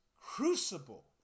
crucible